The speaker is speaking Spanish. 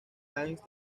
banks